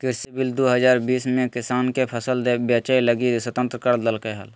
कृषि बिल दू हजार बीस में किसान के फसल बेचय लगी स्वतंत्र कर देल्कैय हल